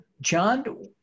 John